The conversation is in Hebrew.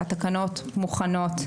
התקנות מוכנות,